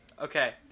Okay